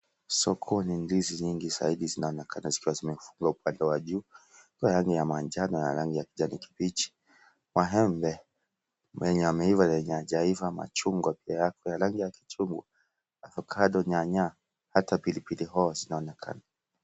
Sokoni ndizi nyingi zaidi zinaonekana zikiwa zimefungwa pande wa juu, Ziko rangi ya manjano na kijani kibichi, maembe yenye yameiva na yenye hayajaiva. Machungwa pia yako ya rangi ya kichungwa, avocado, nyanya hata pili pili hoho pia zinaonekana.